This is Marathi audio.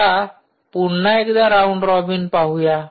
आता पुन्हा एकदा राऊंड रॉबिन पाहूया